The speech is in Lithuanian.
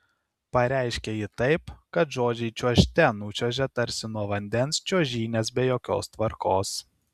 pareiškia ji taip kad žodžiai čiuožte nučiuožia tarsi nuo vandens čiuožynės be jokios tvarkos